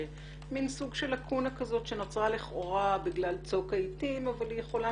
מין סוג של לקונה כזאת שנוצרה לכאורה בגלל צוק העיתים אבל היא יכולה